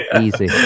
easy